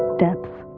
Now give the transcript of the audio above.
depth,